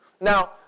Now